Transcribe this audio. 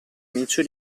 micio